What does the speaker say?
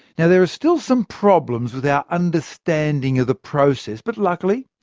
yeah there are still some problems with our understanding of the process. but luckily,